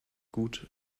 gut